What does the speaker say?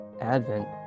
Advent